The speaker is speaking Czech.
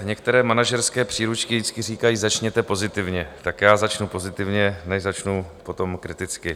Některé manažerské příručky vždycky říkají: Začněte pozitivně, tak já začnu pozitivně, než začnu potom kriticky.